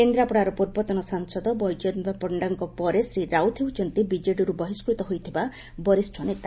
କେନ୍ଦ୍ରାପଡ଼ାର ପୂର୍ବତନ ସାଂସଦ ବୈଜୟନ୍ତ ପଶ୍ଡାଙ୍କ ପରେ ଶ୍ରୀ ରାଉତ ହେଉଛନ୍ତି ବିଜେଡ଼ିରୁ ବହିସ୍କୃତ ହୋଇଥିବା ବରିଷ୍ଣ ନେତା